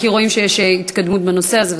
כי רואים שיש התקדמות בנושא הזה,